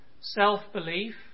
self-belief